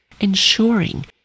ensuring